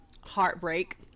heartbreak